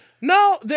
No